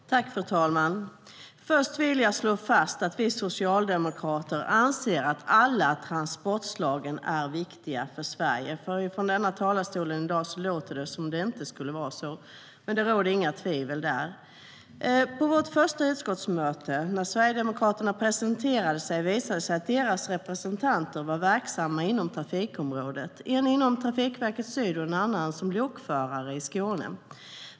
STYLEREF Kantrubrik \* MERGEFORMAT KommunikationerPå vårt första utskottsmöte, när Sverigedemokraterna presenterade sig, visade det sig att deras representanter var verksamma på trafikområdet, en inom Trafikverket Syd, en annan som lokförare i Skåne.